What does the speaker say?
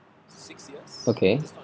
okay